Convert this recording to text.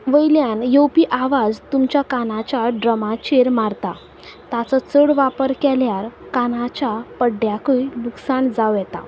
वयल्यान येवपी आवाज तुमच्या कानाच्या ड्रमाचेर मारता ताचो चड वापर केल्यार कानाच्या पड्ड्याकूय लुकसाण जावं येता